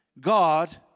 God